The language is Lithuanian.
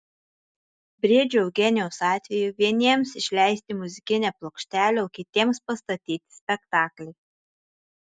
briedžio eugenijaus atveju vieniems išleisti muzikinę plokštelę o kitiems pastatyti spektaklį